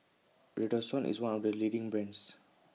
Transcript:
Redoxon IS one of The leading brands